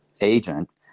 agent